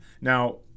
Now